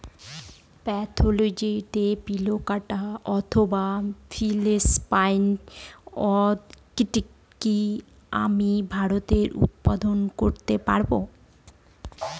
Spathoglottis plicata অথবা Philippine orchid কি আমি ভারতে উৎপাদন করতে পারবো?